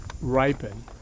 ripen